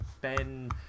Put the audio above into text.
ben